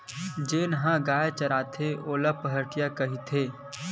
जेन ह गाय चराथे ओला पहाटिया कहिथे